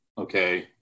okay